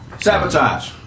Sabotage